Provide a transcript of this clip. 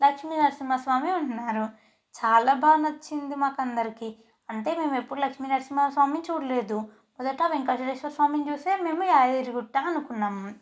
లక్ష్మి నరసింహ స్వామి ఉన్నారు చాలా బాగా నచ్చింది మాకు అందరికి అంటే మేము ఎప్పుడు లక్ష్మి నరసింహ స్వామిని చూడలేదు మొదట వెంకటేశ్వర స్వామిని చూసే మేము యాదగిరి గుట్ట అనుకున్నాము